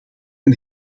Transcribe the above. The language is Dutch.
een